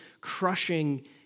crushing